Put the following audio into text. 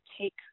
take